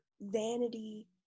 vanity